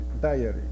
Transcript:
Diary